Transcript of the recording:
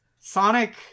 Sonic